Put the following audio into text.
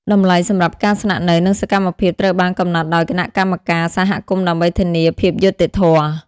តម្លៃសម្រាប់ការស្នាក់នៅ និងសកម្មភាពត្រូវបានកំណត់ដោយ គណៈកម្មការ សហគមន៍ដើម្បីធានាភាពយុត្តិធម៌។